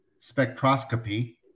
spectroscopy